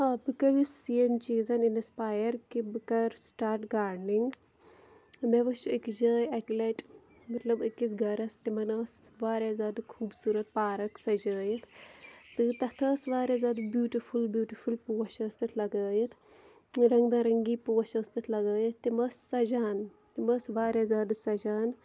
آ بہٕ کٔرِِس ییٚمۍ چیٖزَن اِنسپایر کہِ بہٕ کَرٕ سِٹارٹ گارڈنِنٛگ مےٚ وُچھ أکِس جاے اَکہِ لَٹہِ مطلب أکِس گَرَس تِمَن ٲس واریاہ زیادٕ خوٗبصوٗرت پارَک سَجٲوِتھ تہٕ تَتھ ٲس واریاہ زیادٕ بیٛوٗٹِفُل بیٛوٗٹِفُل پوش ٲسۍ تَتھ لَگٲوِتھ رنٛگ بہ رٔنٛگی پوش ٲسۍ تَتھ لَگٲوِتھ تِم ٲسۍ سَجان تِم ٲسۍ واریاہ زیادٕ سَجھان